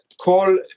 call